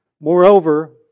Moreover